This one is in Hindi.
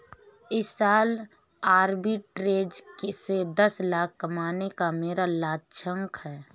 इस साल आरबी ट्रेज़ से दस लाख कमाने का मेरा लक्ष्यांक है